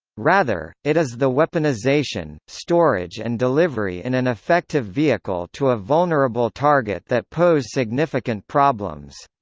rather, it is the weaponization, storage and delivery in an effective vehicle to a vulnerable target that pose significant problems.